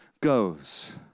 goes